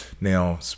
Now